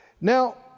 Now